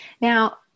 Now